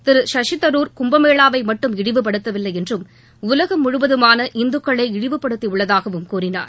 திரு சசிதருர் மட்டும் கும்பமேளாவை மட்டும் இழிவுப்படுத்தவில்லை என்றும் உலகம் முழுவதுமான இந்துக்களை இழிவுப்படுத்தியுள்ளதாகவும் கூறினார்